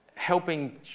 Helping